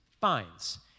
finds